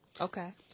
Okay